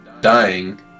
dying